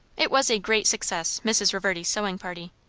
it was a great success, mrs. reverdy's sewing party.